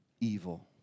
evil